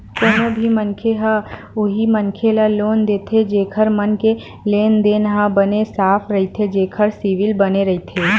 कोनो भी मनखे ह उही मनखे ल लोन देथे जेखर मन के लेन देन ह बने साफ रहिथे जेखर सिविल बने रहिथे